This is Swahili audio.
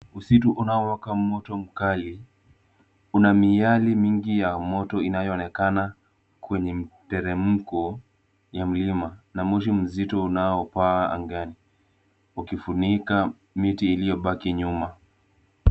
Msitu unaowaka mto mkali, una miale mingi ya moto inayoonekana kwenye mteremko ya mlima na moshi mzito unaopaa angani ukifunika miti iliyobaki nyuma.